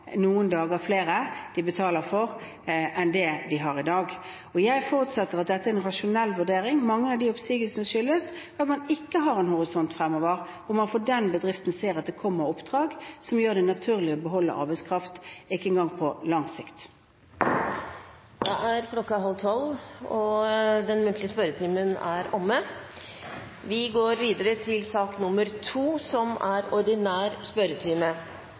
enn det den gjør i dag. Jeg forutsetter at dette er en rasjonell vurdering. Mange av oppsigelsene skyldes at man ikke har en horisont fremover – hvor den bedriften ser at det kommer oppdrag som gjør det naturlig å beholde arbeidskraft – ikke engang på lang sikt. Da er tiden for den muntlige spørretimen er omme. Det blir noen endringer i den oppsatte spørsmålslisten. Presidenten viser i den sammenheng til